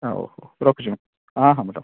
ଓହୋ ଓହୋ ରଖିଲି ମ୍ୟାମ୍ ହଁ ହଁ